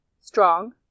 strong